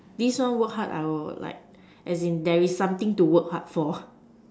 this one work hard I will would like as in there is something to work hard for